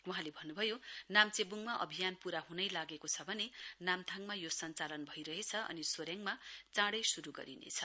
वहाँले भन्न्भयो नाम्चेब्ङमा अभियान पूरा हुनै लागेको छ भने नामथाङमा यो सञ्चालन भइरहेको छ अनि सोरेङमा चाँडै श्रु गरिनेछ